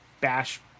bash